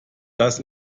das